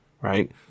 Right